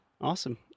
Awesome